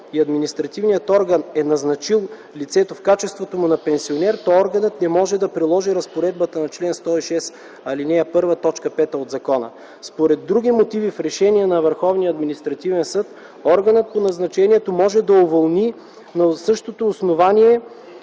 и административният орган е назначил лицето в качеството му на пенсионер, то органът не може да приложи разпоредбата на чл. 106, ал. 1, т. 5 от закона. Според други мотиви в решения на Върховния административен съд, органът по назначаването може да уволни на същото основание